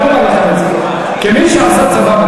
אני אומר לך את זה כמי שעשה צבא.